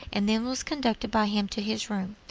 and then was conducted by him to his room,